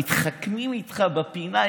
מתחכמים איתך בפינה,